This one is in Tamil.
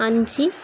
அஞ்சு